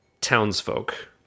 townsfolk